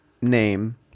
name